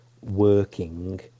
working